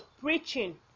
preaching